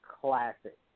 classic